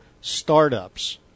startups